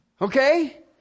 Okay